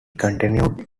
continued